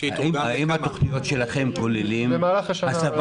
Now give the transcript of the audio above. האם התוכניות שלכם כוללות הסבה